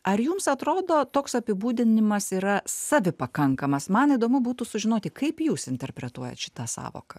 ar jums atrodo toks apibūdinimas yra savipakankamas man įdomu būtų sužinoti kaip jūs interpretuojat šitą sąvoką